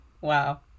Wow